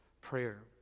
prayer